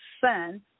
son